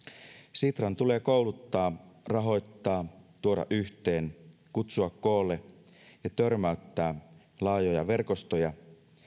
sitran tulee kouluttaa rahoittaa tuoda yhteen kutsua koolle ja törmäyttää laajoja verkostoja